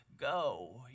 go